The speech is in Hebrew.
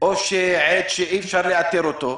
או עד שאי-אפשר לאתר אותו,